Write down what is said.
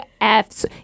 Fs